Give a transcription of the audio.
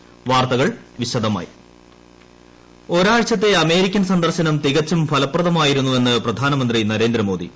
പ്രധാനമന്ത്രി ഒരാഴ്ചത്തെ അമേരിക്കൻ സന്ദർശനം തികച്ചും ഫലപ്രദമായിരുന്നുവെന്ന് പ്രധാനമന്ത്രി നരേന്ദ്രമോദി